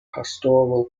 pastoral